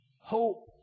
hope